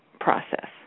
process